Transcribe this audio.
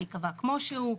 להיקבע כמו שהוא.